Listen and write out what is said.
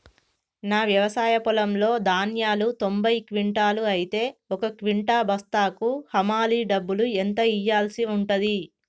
నా వ్యవసాయ పొలంలో ధాన్యాలు తొంభై క్వింటాలు అయితే ఒక క్వింటా బస్తాకు హమాలీ డబ్బులు ఎంత ఇయ్యాల్సి ఉంటది?